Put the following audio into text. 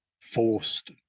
forced